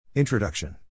Introduction